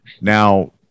Now